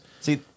See